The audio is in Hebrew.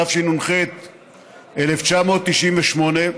התשנ"ח 1998,